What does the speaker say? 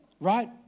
Right